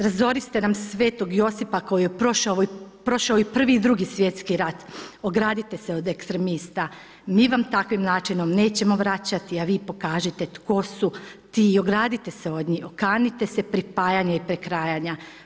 Razoriste nam sv. Josipa koji je prošao i I. i II. svjetski rat, ogradite se od ekstremista, mi vam takvim načinom nećemo vraćati, a vi pokažite tko su ti, ogradite se od njih, okanite se pripajanja i prekrajanja.